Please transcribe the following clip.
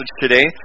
today